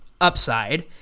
upside